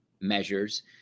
measures